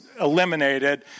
eliminated